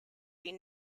been